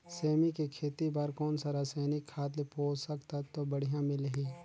सेमी के खेती बार कोन सा रसायनिक खाद ले पोषक तत्व बढ़िया मिलही?